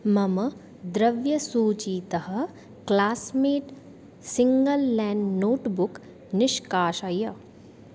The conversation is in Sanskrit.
मम द्रव्यसूचितः क्लास्मेट् सिङ्ग्ल् लेन् नोट्बुक् निष्कासय